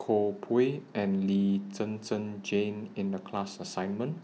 Koh Pui and Lee Zhen Zhen Jane in The class assignment